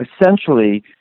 Essentially